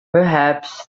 perhaps